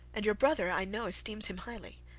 and your brother i know esteems him highly.